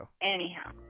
Anyhow